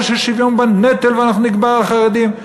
של שוויון בנטל ואנחנו נקבע לחרדים.